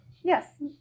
Yes